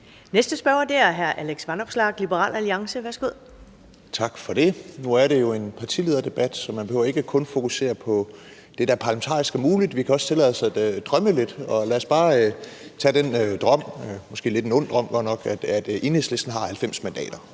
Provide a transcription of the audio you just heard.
Næste spørger er hr. Alex Vanopslagh, Liberal Alliance. Værsgo. Kl. 15:27 Alex Vanopslagh (LA): Tak for det. Nu er det jo en partilederdebat, så man behøver ikke kun at fokusere på det, der parlamentarisk er muligt. Vi kan også tillade os at drømme lidt, og lad os bare tage den drøm – det er måske godt nok en lidt ond drøm – at Enhedslisten har 90 mandater,